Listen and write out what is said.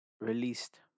released